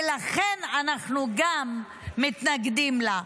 ולכן אנחנו גם מתנגדים לה.